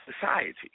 society